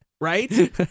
Right